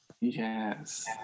Yes